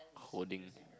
holding